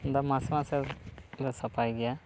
ᱫᱚ ᱢᱟᱥᱮ ᱢᱟᱥᱮ ᱞᱮ ᱥᱟᱯᱷᱟᱭ ᱜᱮᱭᱟ